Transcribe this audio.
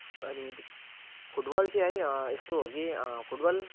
अनि अनि फुटबल चाहिँ है यस्तो हो कि फुटबल फुटबल